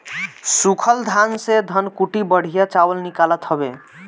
सूखल धान से धनकुट्टी बढ़िया चावल निकालत हवे